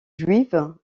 juive